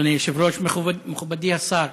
אדוני היושב-ראש, מכובדי השר,